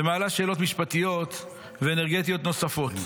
ומעלה שאלות משפטיות ואנרגטיות נוספות.